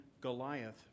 goliath